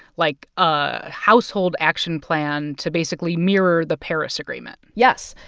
like, a household action plan to basically mirror the paris agreement yes.